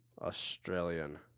Australian